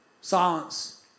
Silence